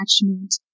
attachment